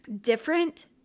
different